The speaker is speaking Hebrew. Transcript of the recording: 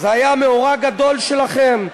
וזה היה מאורע גדול שלכם,